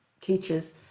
teachers